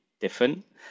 different